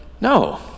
No